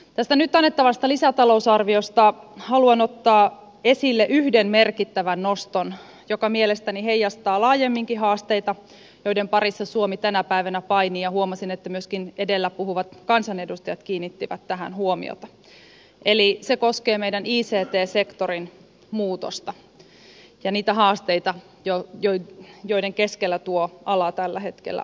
tästä nyt annettavasta lisätalousarviosta haluan ottaa esille yhden merkittävän noston joka mielestäni heijastaa laajemminkin haasteita joiden parissa suomi tänä päivänä painii ja huomasin että myöskin edellä puhuneet kansanedustajat kiinnittivät tähän huomiota eli se koskee meidän ict sektorin muutosta ja niitä haasteita joiden keskellä tuo ala tällä hetkellä on